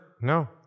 No